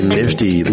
nifty